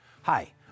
Hi